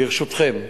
ברשותכם,